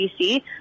bc